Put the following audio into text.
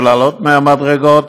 ולעלות 100 מדרגות,